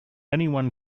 anyone